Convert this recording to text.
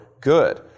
good